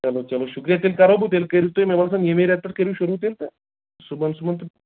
چلو چلو شُکرِیا تیٚلہِ کَرہو بہٕ تیٚلہِ کٔرِو تُہۍ مےٚ باسان ییٚمی رٮ۪تہٕ پٮ۪ٹھٕ کٔرِو شروٗع تیٚلہِ تہٕ صُبحن صُبحن تہٕ